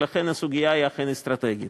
ולכן הסוגיה היא אכן אסטרטגית.